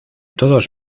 todos